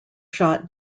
shot